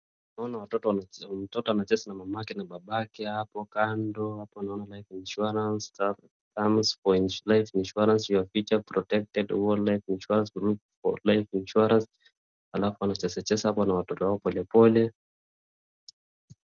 Naona watoto wana mtoto anacheza na mamake na babake hapo kando. Hapo naona life insurance thanks for life insurance your future protected whole life insurance look for life insurance . Alafu wanachezacheza hapo na watoto wao polepole.